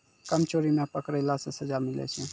कर चोरी मे पकड़ैला से सजा मिलै छै